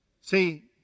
See